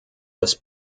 des